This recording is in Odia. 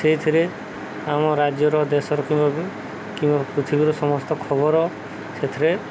ସେଇଥିରେ ଆମ ରାଜ୍ୟର ଦେଶର କିମ୍ବା କିମ୍ବା ପୃଥିବୀର ସମସ୍ତ ଖବର ସେଥିରେ